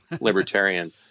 Libertarian